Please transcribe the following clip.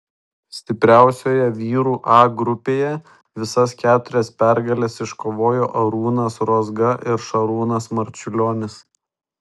stipriausioje vyrų a grupėje visas keturias pergales iškovojo arūnas rozga ir šarūnas marčiulionis